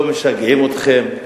לא משגעים אתכם,